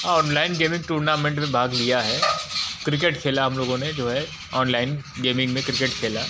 online gaming tournament में भाग लिया है क्रिकेट खेला हम लोगों ने जो है ऑनलाइन गेमिंग में क्रिकेट खेला